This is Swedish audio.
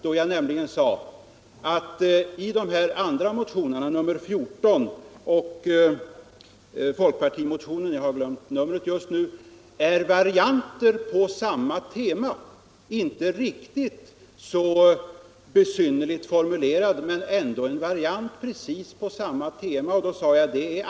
Jag sade nämligen att de båda andra motionerna, nr 14 och 131, inte är riktigt lika besynnerligt formulerade men att de är varianter på samma tema, och det är allvarligt nog.